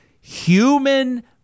human